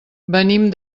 venim